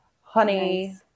honey